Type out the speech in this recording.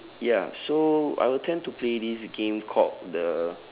ya so I would tend to play this game called the